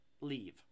leave